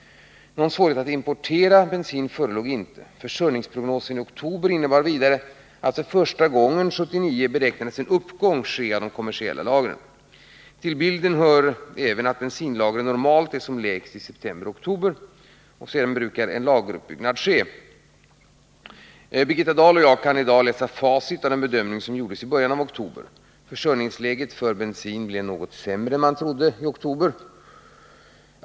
Någon svårighet att importera bensin förelåg inte. För: rjningsprognosen i oktober innebar vidare att för första gången under 1979 beräknades en uppgång av de kommersiella lagren. Till bilden hör även att bensinlagren normalt är som lägst i september och oktober. Därefter brukar en lageruppbyggnad ske. I dag kan både Birgitta Dahl och jag läsa facit av den bedömning som gjordesi början av oktober. Försörjningsläget för bensin blev något sämre än vad man trodde i oktober.